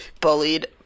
Bullied